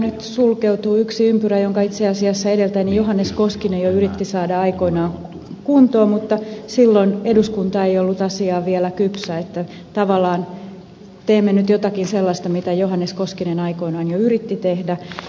nyt sulkeutuu yksi ympyrä jonka itse asiassa edeltäjäni johannes koskinen jo yritti saada aikoinaan kuntoon mutta silloin eduskunta ei ollut asiaan vielä kypsä joten tavallaan teemme nyt jotakin sellaista mitä johannes koskinen aikoinaan jo yritti tehdä